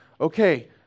Okay